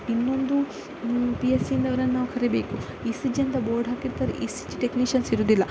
ಇನ್ನೊಂದು P H ಸಿಯಿಂದ ಅವ್ರನ್ನು ನಾವು ಕರೀಬೇಕು ಇ ಸಿ ಜಿ ಅಂತ ಬೋರ್ಡ್ ಹಾಕಿರ್ತಾರೆ ಇಸಿಜಿ ಟೆಕ್ನಿಷಿಯನ್ಸ್ ಇರುವುದಿಲ್ಲ